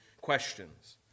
questions